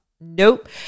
Nope